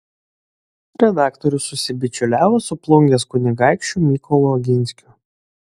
redaktorius susibičiuliavo su plungės kunigaikščiu mykolu oginskiu